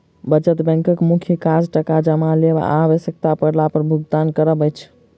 बचत बैंकक मुख्य काज टाका जमा लेब आ आवश्यता पड़ला पर भुगतान करब अछि